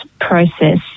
process